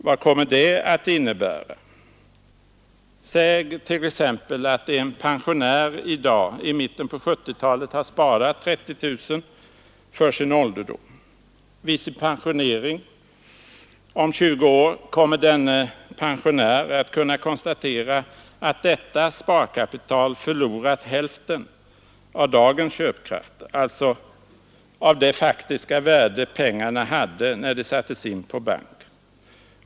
Vad kommer det att innebära? Säg t.ex. att en person i dag, i mitten på 1970-talet, har sparat 30 000 kronor för sin ålderdom. Vid sin pensionering om 20 år kommer denne pensionär att kunna konstatera att detta sparkapital har förlorat hälften av dagens köpkraft, alltså av det faktiska värde pengarna hade när de sattes in på bank.